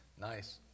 Nice